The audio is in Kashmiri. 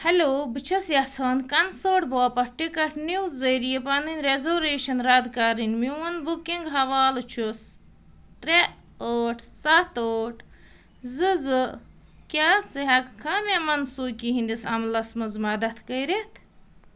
ہٮ۪لو بہٕ چھَس یژھان کنسٲٹ باپتھ ٹِکٹ نِو ذٔریعہٕ پنٕنۍ رٮ۪زوریشَن رَد کرٕنۍ میون بُکِنک حوالہٕ چھُ ترٛےٚ ٲٹھ سَتھ ٲٹھ زٕ زٕ کیٛاہ ژٕ ہٮ۪کہٕ کھا مےٚ منسوٗخی ہِنٛدِس عملس منٛز مدتھ کٔرِتھ